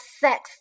sex